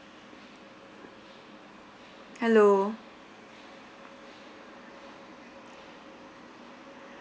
hello